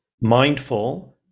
mindful